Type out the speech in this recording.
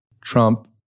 Trump